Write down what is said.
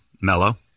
mellow